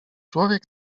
człowiek